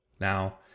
Now